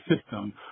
system